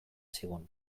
zigun